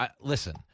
listen